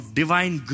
divine